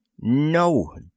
No